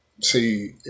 See